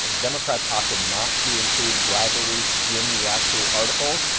ah democrats opted not to include bribery in the actual articles.